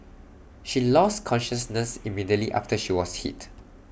she lost consciousness immediately after she was hit